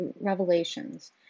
revelations